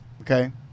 Okay